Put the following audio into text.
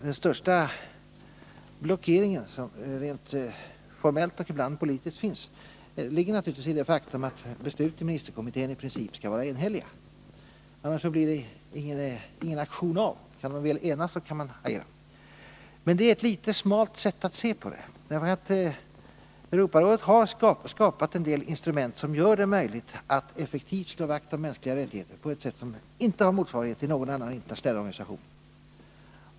Den största blockering som finns rent formellt och ibland politiskt ligger naturligtvis i det faktum att besluten i ministerkommittén i princip skall vara enhälliga. Annars blir det ingen aktion av. Kan man väl enas, så kan man agera. Men det är ett något smalt sätt att se på det här. Europarådet har dock skapat en del instrument som gör det möjligt att effektivt slå vakt om mänskliga rättigheter på ett sätt som inte har sin motsvarighet i någon annan internationell organisation.